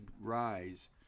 rise